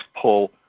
pull